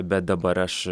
bet dabar aš